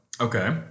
Okay